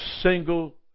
single